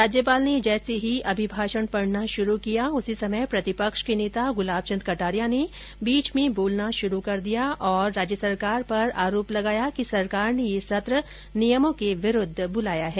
राज्यपाल ने जैसे ही अभिभाषण पढना शुरू किया प्रतिपक्ष के नेता गुलाबचन्द कटारिया ने बीच में बोलना शुरू कर दिया और आरोप लगाया कि राज्य सरकार ने ये सत्र नियमों के विरूद्व बुलाया है